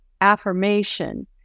affirmation